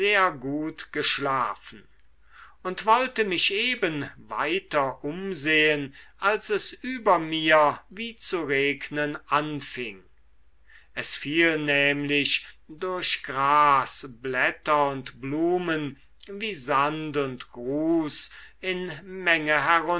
gut geschlafen und wollte mich eben weiter umsehen als es über mir wie zu regnen anfing es fiel nämlich durch gras blätter und blumen wie sand und grus in menge